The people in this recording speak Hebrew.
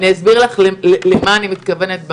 אני אסביר לך למה אני מתכוונת.